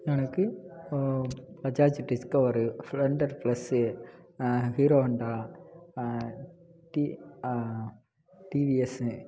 எனக்கு ஓ Bajaj Discover Splendor plus Hero Honda டி டிவிஎஸ்ஸு